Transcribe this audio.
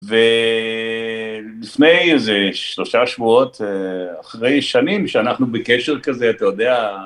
ולפני איזה שלושה שבועות אחרי שנים שאנחנו בקשר כזה, אתה יודע...